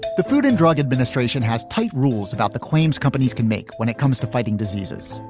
the food and drug administration has tight rules about the claims companies can make when it comes to fighting diseases.